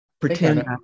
pretend